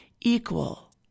equal